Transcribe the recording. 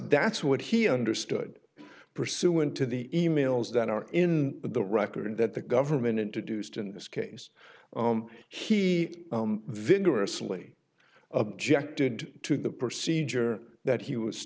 that's what he understood pursuant to the e mails that are in the record that the government introduced in this case he vigorously objected to the procedure that he was